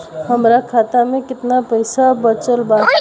हमरा खाता मे केतना पईसा बचल बा?